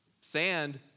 Sand